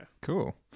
Cool